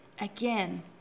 Again